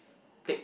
take